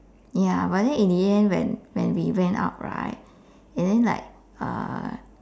ya but then in the end when when we went out right and then like uh